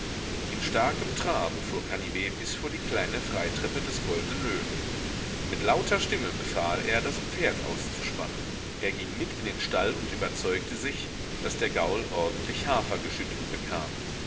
in starkem trabe fuhr canivet bis vor die kleine freitreppe des goldnen löwen mit lauter stimme befahl er das pferd auszuspannen er ging mit in den stall und überzeugte sich daß der gaul ordentlich hafer geschüttet bekam